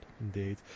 Indeed